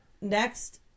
next